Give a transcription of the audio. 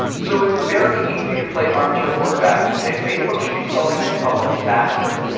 so it's very easy to play armchair quarterback and say, facebook should be solving this problem faster.